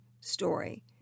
story